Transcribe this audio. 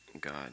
God